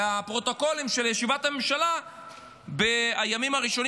והפרוטוקולים של ישיבת הממשלה מהימים הראשונים